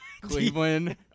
Cleveland